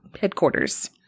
headquarters